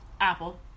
Apple